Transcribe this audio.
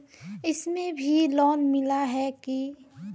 इसमें भी लोन मिला है की